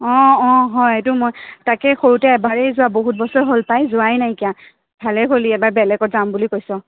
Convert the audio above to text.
অঁ অঁ হয় এইটো মই তাকেই সৰুতে এবাৰেই যোৱা বহুত বছৰ হ'ল পাই যোৱাই নাইকীয়া ভালেই হ'ল দি এইবাৰ বেলেগত যাম বুলি কৈছ